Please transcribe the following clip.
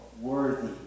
worthy